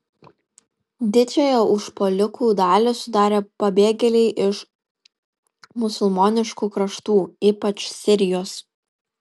didžiąją užpuolikų dalį sudarė pabėgėliai iš musulmoniškų kraštų ypač sirijos